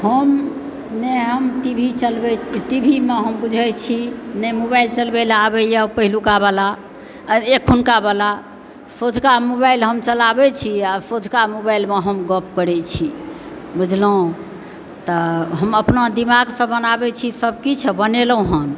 हम नहि हम टी वी चलबैत छी नहि टीवीमे हम बुझय छी नहि मोबाइल चलबयलऽ आबयए पहिलुकावला अखनुकावला सोझका मोबाइल हम चलाबैत छी आ सोझका मोबाइलमे हम गप करैत छी बुझलहुँ तऽ हम अपना दिमागसँ बनाबैत छी सभ किछु आ बनेलहुँ हन